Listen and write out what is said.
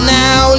now